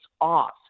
off